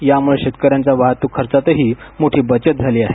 यामुळे शेतकऱ्यांच्या वाहतूक खर्चाचीही बचत झाली आहे